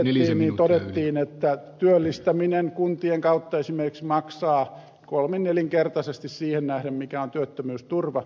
ja kun selvitettiin niin todettiin että työllistäminen kuntien kautta esimerkiksi maksaa kolminnelinkertaisesti siihen nähden mikä on työttömyysturva